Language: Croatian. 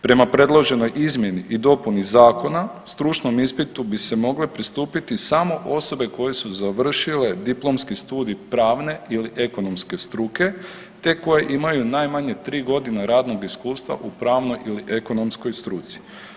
Prema predloženoj izmjeni i dopuni zakona, stručnom ispitu bi se mogle pristupiti samo osobe koje su završile diplomski studij pravne ili ekonomske struke te koje imaju najmanje 3 godine radnog iskustva u pravnoj ili ekonomskoj struci.